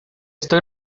estoy